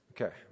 Okay